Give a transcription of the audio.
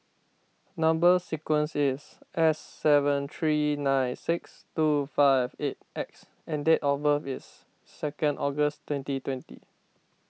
Number Sequence is S seven three nine six two five eight X and date of birth is second August twenty twenty